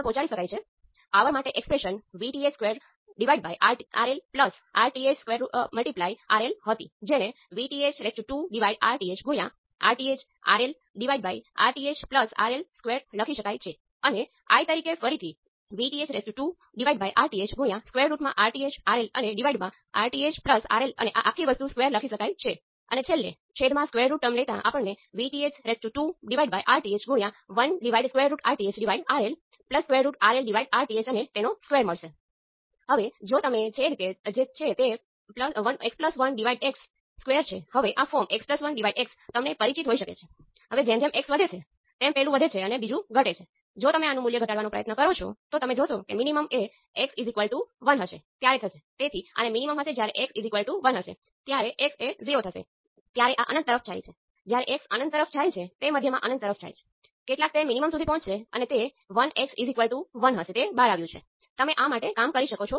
પહેલાની જેમ તમે ઇન્ડિપેન્ડન્ટ વેરિયેબલના ચાર અલગ અલગ સેટ લઈ શકો છો અને દરેક વસ્તુનું મૂલ્યાંકન કરી શકો છો પરંતુ સૌથી અનુકૂળ બાબત એ છે કે તેમાંથી એકને 0 પર સેટ કરો